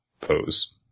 pose